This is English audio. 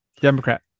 Democrat